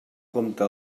compte